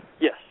Yes